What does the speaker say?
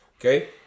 Okay